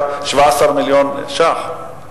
התקציב היה 17 מיליון שקל.